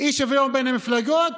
אי-שוויון בין המפלגות,